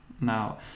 Now